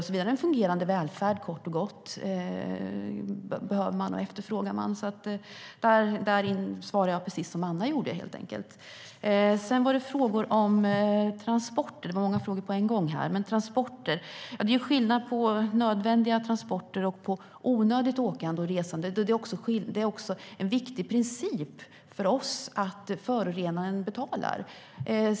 Man behöver och efterfrågar kort och gott en fungerande välfärd. Där svarar jag alltså precis som Anna gjorde. Det var många frågor på en gång, men det fanns en fråga om transporter. Det är skillnad mellan nödvändiga transporter och onödigt åkande och resande. Det är också en viktig princip för oss att förorenaren betalar.